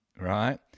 Right